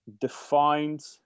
defined